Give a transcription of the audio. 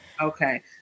Okay